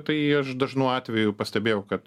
tai aš dažnu atveju pastebėjau kad